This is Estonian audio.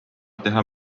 teha